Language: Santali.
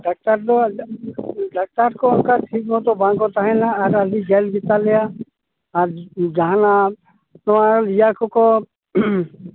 ᱰᱟᱠᱛᱟᱨ ᱫᱚ ᱰᱟᱠᱛᱟᱨ ᱠᱚ ᱚᱱᱠᱟ ᱴᱷᱤᱠ ᱢᱚᱛᱳ ᱵᱟᱝ ᱛᱟᱦᱮᱱᱟ ᱟᱨ ᱟᱹᱰᱤ ᱡᱷᱟᱹᱞ ᱜᱮᱛᱟ ᱞᱮᱭᱟ ᱟᱨ ᱡᱟᱦᱟᱸ ᱱᱟᱜ ᱱᱚᱣᱟ ᱤᱭᱟ ᱠᱚ ᱠᱚ